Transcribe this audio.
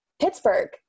Pittsburgh